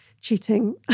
cheating